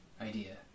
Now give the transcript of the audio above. idea